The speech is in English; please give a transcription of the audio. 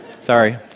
Sorry